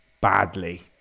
badly